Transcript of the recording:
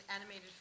animated